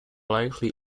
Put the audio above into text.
likely